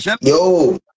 Yo